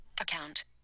Account